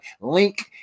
link